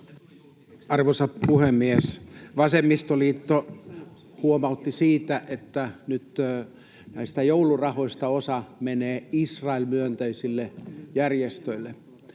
Arvoisa puhemies! Vasemmistoliitto huomautti siitä, että nyt näistä joulurahoista osa menee Israel-myönteisille järjestöille.